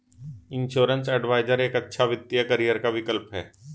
insurance adviser एक अच्छा वित्तीय करियर का विकल्प है